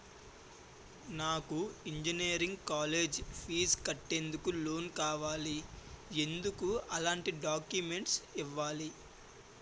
నాకు engineering college fee కట్టేందుకు loan కావాలి, ఎందుకు ఎలాంటి డాక్యుమెంట్స్ ఇవ్వాలి?